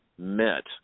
met